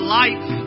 life